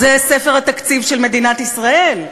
זה ספר התקציב של מדינת ישראל,